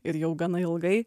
ir jau gana ilgai